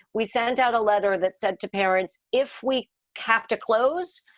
we sent out a letter that said to parents, if we have to close,